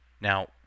Now